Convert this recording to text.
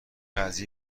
قضیه